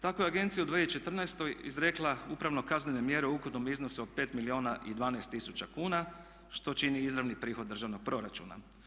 Tako je agencija u 2014. izrekla upravno-kaznene mjere u ukupnom iznosu od 5 milijuna i 12 tisuća kuna, što čini izravni prihod državnog proračuna.